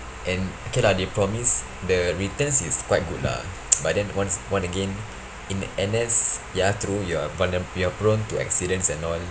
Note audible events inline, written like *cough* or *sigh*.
and okay lah they promise the returns is quite good lah *noise* but then once one again in N_S ya true your you're prone to accidents and all